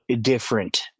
different